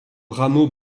rameau